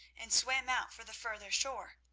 and swam out for the further shore.